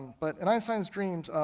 but in einstein's dreams,